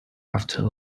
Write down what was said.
after